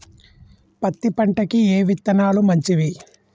పత్తి పంటకి ఏ విత్తనాలు మంచివి?